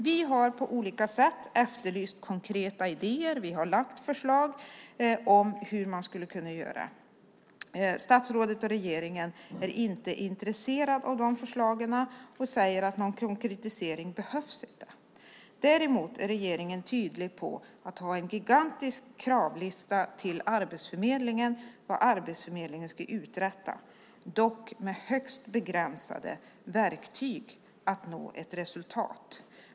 Vi har på olika sätt efterlyst konkreta idéer. Vi har lagt fram förslag på hur man skulle kunna göra. Statsrådet och regeringen är inte intresserade av de förslagen och säger att någon konkretisering inte behövs. Däremot är regeringen tydlig med att ha en gigantisk kravlista till Arbetsförmedlingen på vad Arbetsförmedlingen ska uträtta, dock med högst begränsade verktyg för att nå ett resultat.